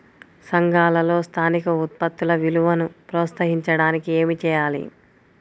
సంఘాలలో స్థానిక ఉత్పత్తుల విలువను ప్రోత్సహించడానికి ఏమి చేయాలి?